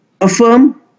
affirm